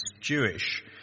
Jewish